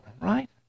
Right